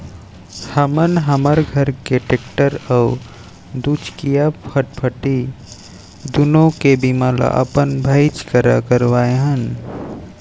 हमन हमर घर के टेक्टर अउ दूचकिया फटफटी दुनों के बीमा ल अपन भाईच करा करवाए हन